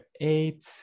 eight